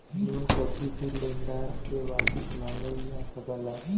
loan कभी भी लेनदार से वापस मंगल जा सकला